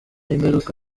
ingaruka